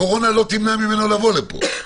הקורונה לא תמנע ממנו לבוא לפה.